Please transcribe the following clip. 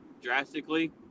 drastically